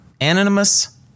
anonymous